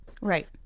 Right